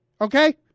okay